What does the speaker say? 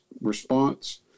response